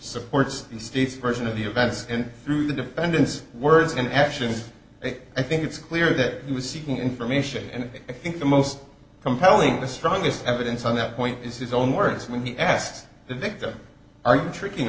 supports the state's version of the events and through the defendant's words and actions i think it's clear that he was seeking information and i think the most compelling the strongest evidence on that point is his own words when he asked the victim are you tricking